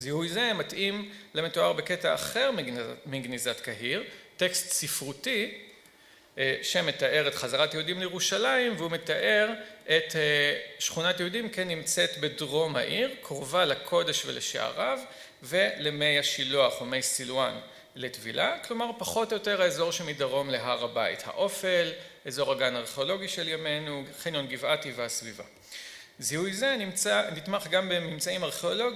זיהוי זה מתאים למתואר בקטע אחר מגניזת קהיר, טקסט ספרותי שמתאר את חזרת יהודים לירושלים והוא מתאר את שכונת יהודים כנמצאת בדרום העיר, קרובה לקודש ולשעריו ולמי השילוח ומי סילואן לטבילה, כלומר פחות או יותר האזור שמדרום להר הבית, האופל, אזור הגן הארכיאולוגי של ימינו, חניון גבעתי והסביבה. זיהוי זה נמצא נתמך גם בממצאים ארכיאולוגיים